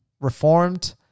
reformed